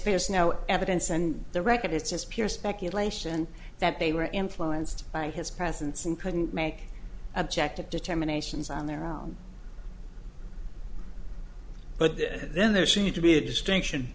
fierce no evidence and the record is just pure speculation that they were influenced by his presence and couldn't make objective determinations on their own but that then there seemed to be a distinction